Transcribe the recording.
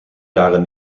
jaren